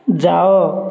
ଯାଅ